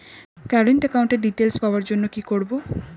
Current একাউন্টের details পাওয়ার জন্য কি করব?